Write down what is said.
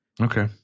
Okay